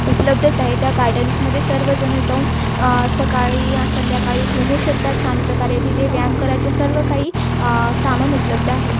उपलब्धच आहे त्या गार्डन्समध्ये सर्वजणं जाऊन सकाळी या संध्याकाळी घुमू शकतात छान प्रकारे तिथे व्यायाम करायचे सर्व काही सामान उपलब्ध आहे